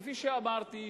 כפי שאמרתי,